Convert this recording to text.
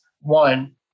One